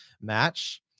match